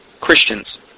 Christians